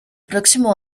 próximo